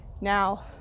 Now